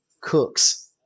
Cooks